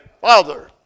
Father